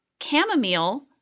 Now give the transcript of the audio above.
chamomile